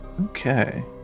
Okay